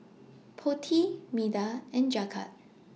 Potti Medha and Jagat